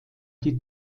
die